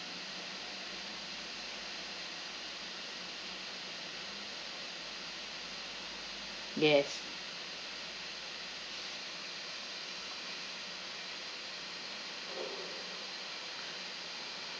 yes